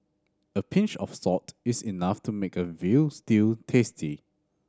a pinch of salt is enough to make a veal stew tasty